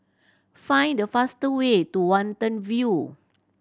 find the faster way to Watten View